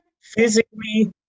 physically